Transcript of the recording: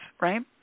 right